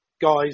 guys